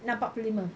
enam empat puluh lima